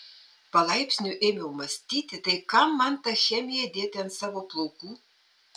palaipsniui ėmiau mąstyti tai kam man tą chemiją dėti ant savų plaukų